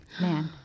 man